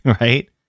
right